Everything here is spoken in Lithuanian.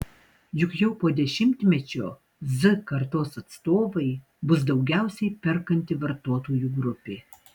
juk jau po dešimtmečio z kartos atstovai bus daugiausiai perkanti vartotojų grupė